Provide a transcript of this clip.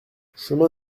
chemin